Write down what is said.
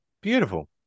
Beautiful